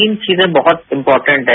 तीन चीजें बहुत इंपोटेंट हैं